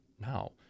now